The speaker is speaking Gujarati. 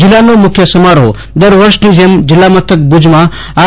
જિલ્લા કક્ષાનો મુખ્ય સમારોફ દર વર્ષની જેમ જિલ્લા મથક ભુજમાં આર